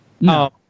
no